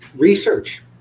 Research